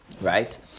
right